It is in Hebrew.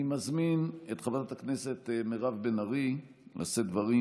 אני מזמין את חברת הכנסת מירב בן ארי לשאת דברים.